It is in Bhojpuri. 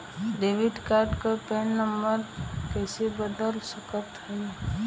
डेबिट कार्ड क पिन नम्बर कइसे बदल सकत हई?